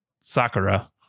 Sakura